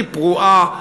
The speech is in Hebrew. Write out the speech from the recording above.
הכי פרועה,